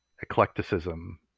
eclecticism